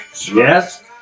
Yes